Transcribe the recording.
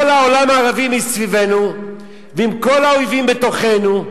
העולם הערבי סביבנו ועם כל האויבים בתוכנו,